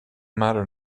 matter